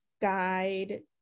guide